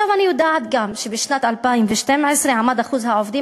אני יודעת גם שבשנת 2012 עמד אחוז העובדים